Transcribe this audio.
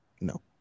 No